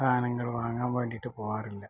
സാധനങ്ങൾ വാങ്ങാൻ വേണ്ടിയിട്ട് പോവാറില്ല